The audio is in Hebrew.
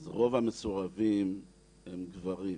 אז רוב המסורבים הם גברים.